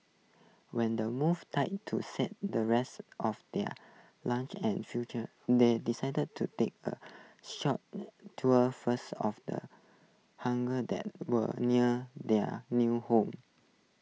when the movers to settle the rest of their luggage and furniture they decided to take A short tour first of the hunger that was near their new home